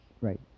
right